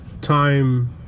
time